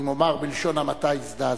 אם אומר בלשון המעטה, הזדעזעתי.